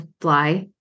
fly